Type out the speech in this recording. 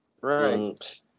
Right